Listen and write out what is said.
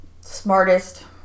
smartest